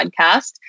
podcast